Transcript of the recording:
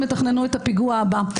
יתכננו את הפיגוע הבא.